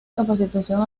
capacitación